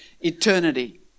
eternity